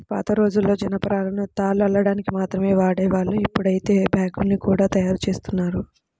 పాతరోజుల్లో జనపనారను తాళ్లు అల్లడానికి మాత్రమే వాడేవాళ్ళు, ఇప్పుడైతే బ్యాగ్గుల్ని గూడా తయ్యారుజేత్తన్నారు